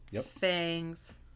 fangs